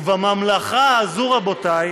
ובממלכה הזאת, רבותיי,